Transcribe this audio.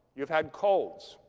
you've had colds.